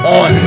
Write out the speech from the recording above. on